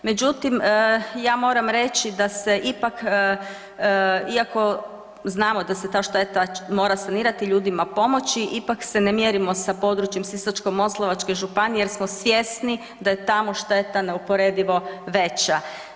Međutim, ja moram reći da se ipak iako znamo da se ta šteta mora sanirati, ljudima pomoći ipak se ne mjerimo sa područjem Sisačko-moslavačke županije jer smo svjesni da je tamo šteta neuporedivo veća.